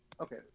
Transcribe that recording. okay